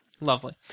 lovely